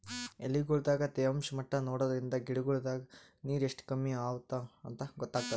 ಎಲಿಗೊಳ್ ದಾಗ ತೇವಾಂಷ್ ಮಟ್ಟಾ ನೋಡದ್ರಿನ್ದ ಗಿಡಗೋಳ್ ದಾಗ ನೀರ್ ಎಷ್ಟ್ ಕಮ್ಮಿ ಅವಾಂತ್ ಗೊತ್ತಾಗ್ತದ